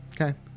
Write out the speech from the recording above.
Okay